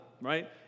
right